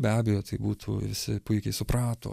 be abejo tai būtų visi puikiai suprato